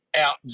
out